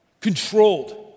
controlled